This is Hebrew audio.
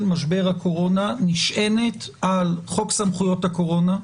משבר הקורונה נשענת על חוק סמכויות הקורונה,